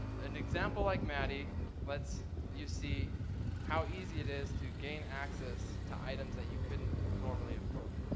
an example like maddie lets you see how easy it is to gain access to items that you couldn't normally afford.